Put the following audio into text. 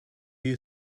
you